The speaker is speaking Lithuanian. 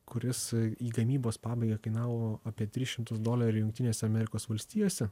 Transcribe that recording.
kuris į gamybos pabaigą kainavo apie tris šimtus dolerių jungtinėse amerikos valstijose